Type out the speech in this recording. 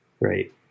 right